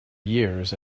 years